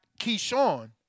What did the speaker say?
Keyshawn